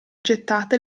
gettate